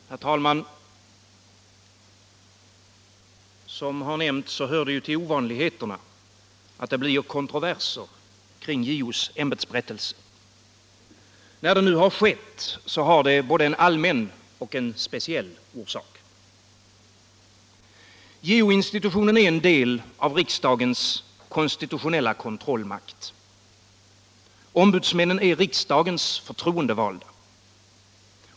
Herr talman! Som det har nämnts hör det till ovanligheterna att det blir kontroverser kring JO:s ämbetsberättelse. När detta nu skett har det både en allmän och en speciell orsak. JO-institutionen är en del av riksdagens konstitutionella kontrollmakt. Ombudsmännen är riksdagens förtroendevalda.